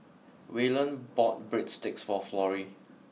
Wayland bought Breadsticks for Florrie